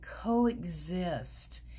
coexist